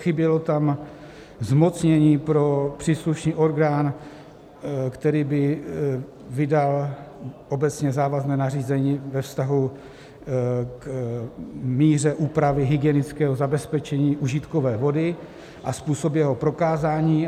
Chybělo tam zmocnění pro příslušný orgán, který by vydal obecně závazné nařízení ve vztahu k míře úpravy hygienického zabezpečení užitkové vody a způsob jeho prokázání.